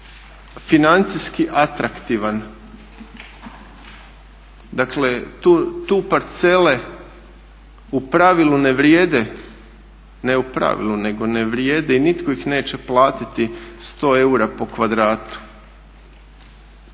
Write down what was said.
financijski atraktivan. Dakle tu parcele u pravilu ne vrijede, ne u pravilu nego ne vrijede i nitko ih neće platiti 100 eura po kvadratu.